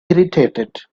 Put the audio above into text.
irritated